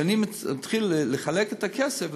כשאני מתחיל לחלק את הכסף,